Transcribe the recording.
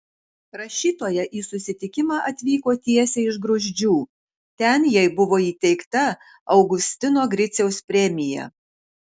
rašytoja į susitikimą atvyko tiesiai iš gruzdžių ten jai buvo įteikta augustino griciaus premija